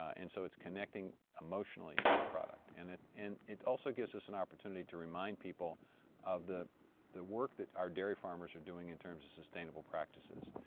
and so it's connecting emotionally to a product. and it and it also gives us an opportunity to remind people of the the work that our dairy farmers are doing in terms of sustainable practices,